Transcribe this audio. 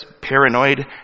paranoid